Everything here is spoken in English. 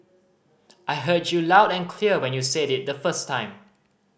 I heard you loud and clear when you said it the first time